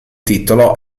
titolo